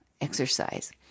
exercise